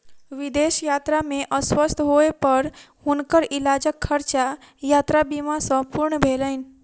विदेश यात्रा में अस्वस्थ होय पर हुनकर इलाजक खर्चा यात्रा बीमा सॅ पूर्ण भेलैन